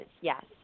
yes